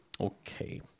Okay